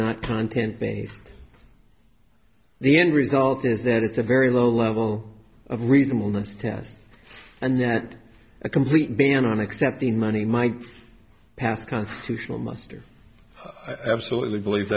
not content beneath the end result is that it's a very low level of reasonableness test and that a complete ban on accepting money might pass constitutional muster absolutely believe